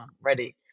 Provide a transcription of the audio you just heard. Ready